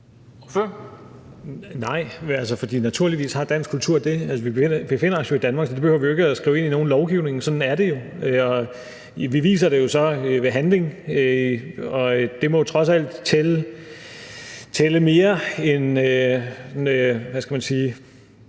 Nej, for naturligvis har dansk kultur det. Altså, vi befinder os jo i Danmark, så det behøver vi ikke at skrive ind i nogen lovgivning; sådan er det jo. Vi viser det jo så ved handling, og det må trods alt tælle mere end, hvad skal man sige,